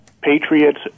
Patriots